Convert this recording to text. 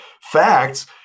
facts